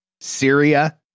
Syria